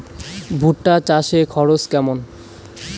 ভুট্টা চাষে খরচ কেমন?